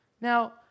Now